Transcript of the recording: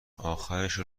آخرشو